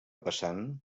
passant